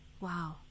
Wow